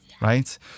right